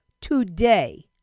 today